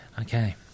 Okay